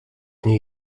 niej